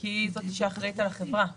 כי היא זאת שאחראית על החברה.